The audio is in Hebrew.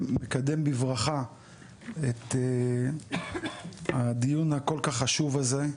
אני מקדם בברכה את הדיון הכל-כך חשוב הזה,